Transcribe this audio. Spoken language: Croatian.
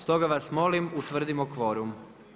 Stoga vas molim utvrdimo kvorum.